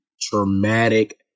traumatic